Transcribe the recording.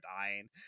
dying